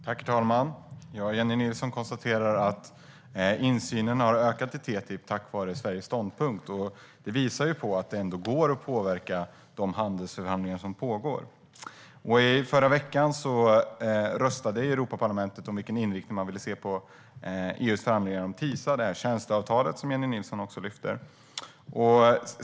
Herr talman! Jennie Nilsson konstaterar att insynen i TTIP har ökat tack vare Sveriges ståndpunkt. Det visar att det ändå går att påverka de handelsförhandlingar som pågår. I förra veckan röstade Europaparlamentet om vilken inriktning man ville se på EU:s förhandlingar om TISA, tjänsteavtalet som Jennie Nilsson också lyfte fram.